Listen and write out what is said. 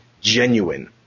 genuine